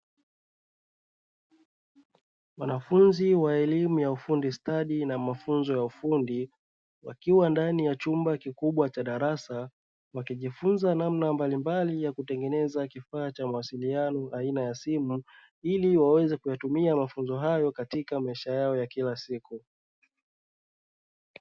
Wanafunzi wa elimu ya ufundi stadi na mafunzo ya elimu wakiwa ndani ya chumba cha darasa, wakijifunza namna mbalimbali ya kutengeneza kifaa cha mawsiliano aina ya simu, ili waweze kuyatumia mafunzo hayo katika maisha yao ya kila siku.